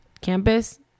...campus